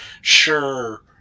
Sure